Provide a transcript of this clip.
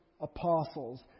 apostles